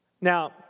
Now